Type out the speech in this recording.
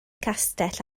castell